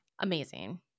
Amazing